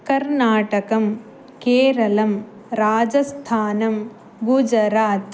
कर्नाटकं केरलं राजस्थानं गुजरात्